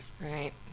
Right